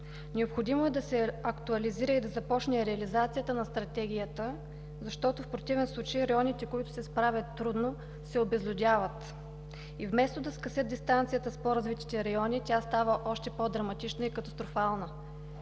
Необходимо е да се актуализира и да започне реализацията на Стратегията, в противен случай районите, които се справят трудно, се обезлюдяват и вместо да скъсят дистанцията с по-развитите райони, тя става още по-драматична и катастрофална.